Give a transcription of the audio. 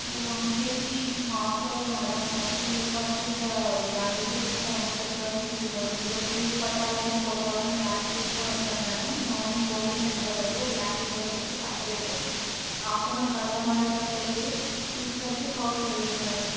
నేను ఉండేది హాస్టల్లో మ్యాడమ్ పర్స్ ఎందుకు అంటే ఇంకా వాల్యుబుల్ తింగ్స్ అవన్నీ పెట్టుకోవడానికి యూజ్ అవుతుంది ఈరోజు ఫీజు కట్టాలని ఫోర్ తౌజండ్ క్యాష్ తీసుకొని వచ్చాను మ్యాడమ్ మార్నింగ్ పర్మిషన్ ఇవ్వలేదు క్లాస్ టీచర్ అని చెప్పి కట్టలేదు ఆఫ్టర్నూన్ కడదామనే సరికెల్లి చూసేసరికి పర్స్ లేదు మ్యాడమ్